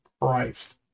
Christ